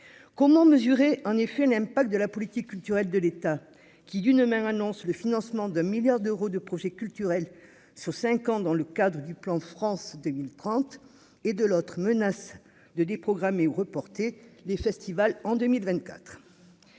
comment mesurer en effet n'aime pas que de la politique culturelle de l'État qui, d'une main, annonce le financement de milliards d'euros de projets culturels sur 5 ans dans le cadre du plan France 2030 et de l'autre menace de déprogrammer ou reporter les festivals en 2024